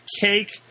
cake